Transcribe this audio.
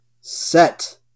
Set